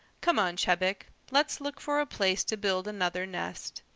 come on, chebec, let's look for a place to build another nest.